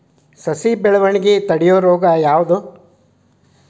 ಸಸಿ ಬೆಳವಣಿಗೆ ತಡೆಯೋ ರೋಗ ಯಾವುದು?